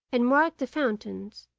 and marked the fountains,